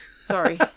Sorry